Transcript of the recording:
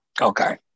Okay